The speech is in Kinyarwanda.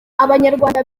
abanyarwanda